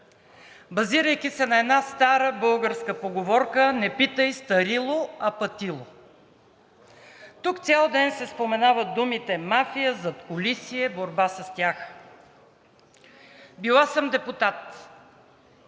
базирайки се на една стара българска поговорка: „Не питай старило, а патило.“ Тук цял ден се споменават думите мафия, задкулисие, борба с тях. Била съм депутат,